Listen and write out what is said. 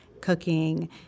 cooking